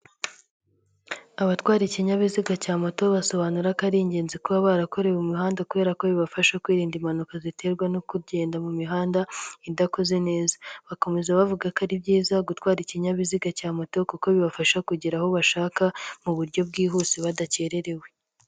Abatwara ikinyabiziga cya moto basobanura ko ari ingenzi kuba barakorewe umuhanda kubera ko bibafasha kwirinda impanuka ziterwa no kugenda mu mihanda idakoze neza. Bakomeza bavuga ko ari byiza gutwara ikinyabiziga cya moto kuko bibafasha kugera aho bashaka mu buryo bwihuse badakererewe.